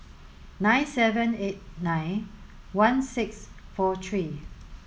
nine seven eight nine one six four three